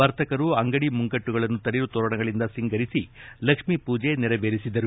ವರ್ತಕರು ಅಂಗದಿ ಮುಗ್ಗಟ್ಟುಗಳನ್ನು ತಳಿರು ತೋರಣಗಳಿಂದ ಸಿಂಗರಿಸಿ ಲಕ್ಷ್ಮೀ ಪೂಜೆ ನೆರವೇರಿಸಿದರು